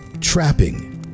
Trapping